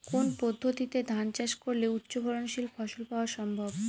কোন পদ্ধতিতে ধান চাষ করলে উচ্চফলনশীল ফসল পাওয়া সম্ভব?